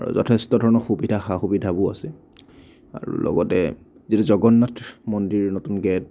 আৰু যথেষ্ট ধৰণৰ সুবিধা সা সুবিধাবোৰ আছে আৰু লগতে যিটো জগন্নাথ মন্দিৰ নতুনকৈ